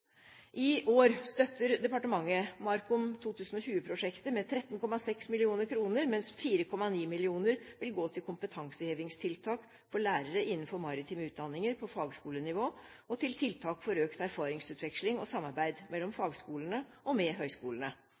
I år støtter departementet MARKOM2020-prosjektet med 13,6 mill. kr, mens 4,9 mill. kr vil gå til kompetansehevingstiltak for lærere innen maritime utdanninger på fagskolenivå og til tiltak for økt erfaringsutveksling og samarbeid mellom fagskolene og med høyskolene.